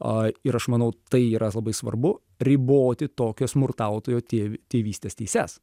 a ir aš manau tai yra labai svarbu riboti tokio smurtautojo tėv tėvystės teises